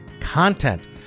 content